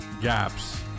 Gaps